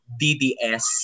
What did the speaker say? dds